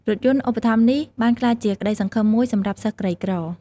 រថយន្តឧបត្ថម្ភនេះបានក្លាយជាក្តីសង្ឃឹមមួយសម្រាប់សិស្សក្រីក្រ។